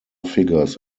figures